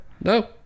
No